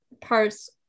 parts